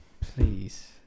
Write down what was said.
Please